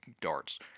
darts